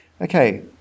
okay